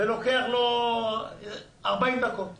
ולוקח לו 40 דקות נסיעה.